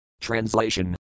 Translation